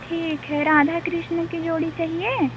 ठीक है राधा कृष्ण की जोड़ी चाहिए